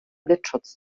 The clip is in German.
blitzschutz